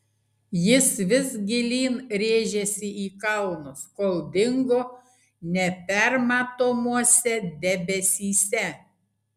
jis vis gilyn rėžėsi į kalnus kol dingo nepermatomuose debesyse